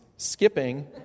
Skipping